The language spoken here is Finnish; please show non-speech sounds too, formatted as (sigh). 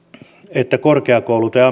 että korkeakouluilta ja (unintelligible)